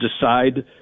decide